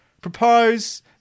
Propose